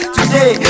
Today